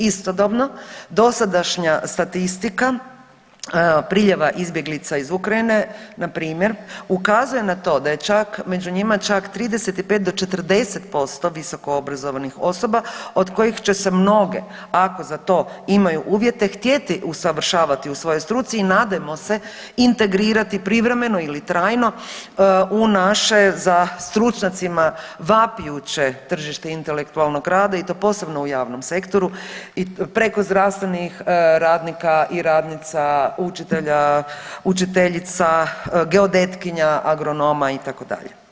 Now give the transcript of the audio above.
Istodobno dosadašnja statistika priljeva izbjeglica iz Ukrajine na primjer ukazuje na to da je čak među njima čak 35 do 40% visoko obrazovanih osoba od kojih će se mnoge ako za to imaju uvjete htjeti usavršavati u svojoj struci i nadajmo se integrirati privremeno ili trajno u naše za stručnjacima vapijuće tržište intelektualnog rada i to posebno u javnom sektoru preko zdravstvenih radnika i radnica, učitelja, učiteljica, geodetkinja, agronoma itd.